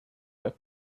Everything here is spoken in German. web